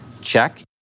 check